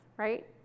right